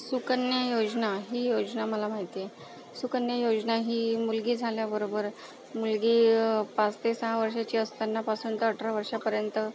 सुकन्या योजना ही योजना मला माहिती आहे सुकन्या योजना ही मुलगी झाल्याबरोबर मुलगी पाच ते सहा वर्षांची असतानापासून ते अठरा वर्षांपर्यंत